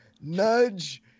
nudge